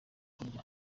kurya